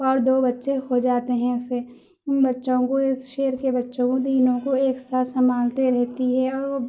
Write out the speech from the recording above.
اور دو بچّے ہو جاتے ہیں اسے ان بچّوں کو اس شیر کے بچّوں کو تینوں کو ایک ساتھ سنبھالتے رہتی ہے اور وہ